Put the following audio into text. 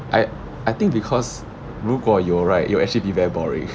I I think because 如果有 right it will actually be very boring